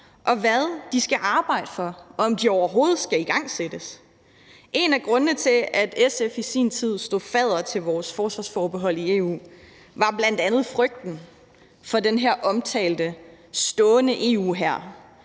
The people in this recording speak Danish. og hvad de skal arbejde for, og om de overhovedet skal igangsættes. En af grundene til, at SF i sin tid stod fadder til vores forsvarsforbehold i EU, var bl.a. frygten for den her omtalte stående EU-hær,